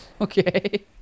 okay